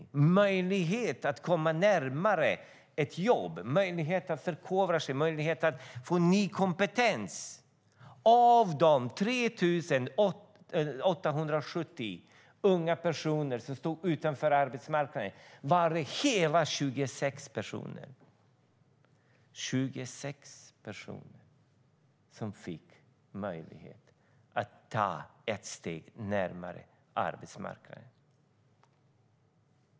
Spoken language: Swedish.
Hur många av dem fick en möjlighet att komma närmare jobb, att förkovra sig, att få ny kompetens? Av de 3 870 unga personer som stod utanför arbetsmarknaden var det hela 26 personer som fick möjlighet att ta ett steg närmare arbetsmarknaden.